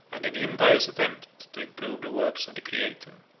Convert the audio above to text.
and an impious attempt to improve the works of the creator.